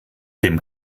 dem